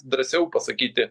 drąsiau pasakyti